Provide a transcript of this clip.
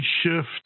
shift